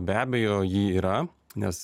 be abejo ji yra nes